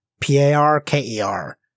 P-A-R-K-E-R